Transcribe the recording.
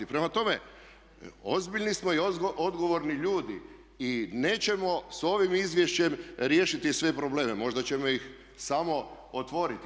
Prema tome, ozbiljni smo i odgovorni ljudi i nećemo s ovim izvješćem riješiti sve probleme, možda ćemo ih samo otvoriti.